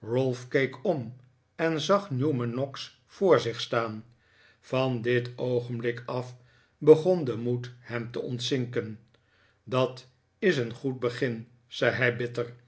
ralph keek om en zag newman noggs voor zich staan van dit oogenblik af begoh de moed hem te ontzinken dat is een goed begin zei hij bitter